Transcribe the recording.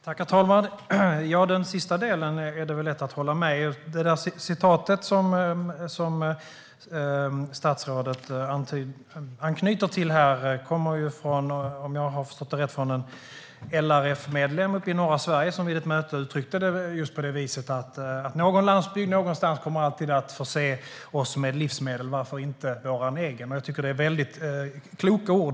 Herr talman! I den sista delen är det lätt att hålla med. Citatet som statsrådet anknyter till kommer, om jag förstått det rätt, från en LRF-medlem i norra Sverige som vid ett möte uttryckte det på det viset. Någon landsbygd någonstans kommer alltid att förse oss med livsmedel - varför inte vår egen? Jag tycker att det är väldigt kloka ord.